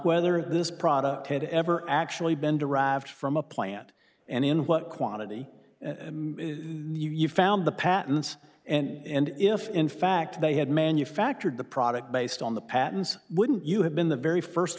whether this product had ever actually been derived from a plant and in what quantity you found the patents and if in fact they had manufactured the product based on the patents wouldn't you have been the very first